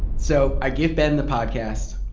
so, i give ben the podcast.